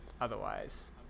otherwise